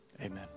Amen